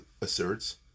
asserts